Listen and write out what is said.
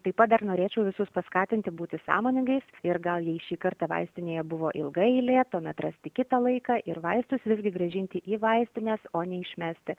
taip pat dar norėčiau visus paskatinti būti sąmoningais ir gal jei šį kartą vaistinėje buvo ilga eilė tuomet rasti kitą laiką ir vaistus vis gi grąžinti į vaistines o neišmesti